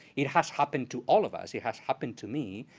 it has happened to all of us. it has happened to me,